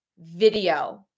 video